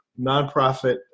nonprofit